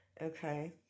Okay